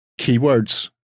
keywords